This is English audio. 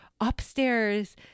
upstairs